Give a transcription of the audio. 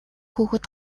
хүүхэд